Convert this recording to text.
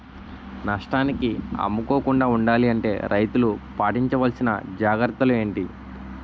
నష్టానికి అమ్ముకోకుండా ఉండాలి అంటే రైతులు పాటించవలిసిన జాగ్రత్తలు ఏంటి